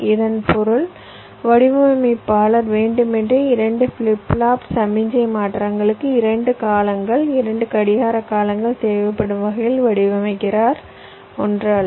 இதன் பொருள் வடிவமைப்பாளர் வேண்டுமென்றே 2 ஃபிளிப் ஃப்ளாப் சமிக்ஞை மாற்றங்களுக்கு 2 காலங்கள் 2 கடிகாரம் காலங்கள் தேவைப்படும் வகையில் வடிவமைக்கிறார் ஒன்று அல்ல